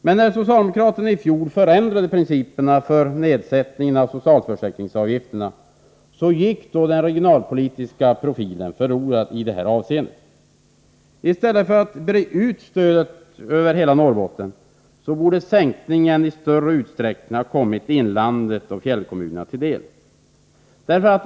Men när socialdemokraterna i fjol förändrade principerna för nedsättning av socialförsäkringsavgifterna gick den regionalpolitiska profilen i det här avseendet förlorad. I stället för att breda ut stödet över hela Norrbotten borde sänkning i större utsträckning ha kommit inlandet och fjällkommunerna till del.